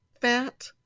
fat